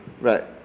right